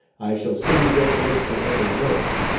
i shall soon begin to look for another room.